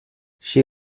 she